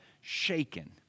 shaken